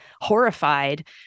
horrified